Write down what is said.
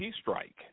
strike